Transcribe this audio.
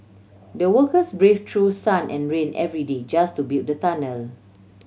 the workers brave through sun and rain every day just to build the tunnel